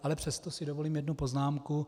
Ale přesto si dovolím jednu poznámku.